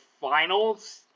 finals